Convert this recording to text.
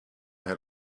had